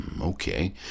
okay